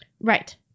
Right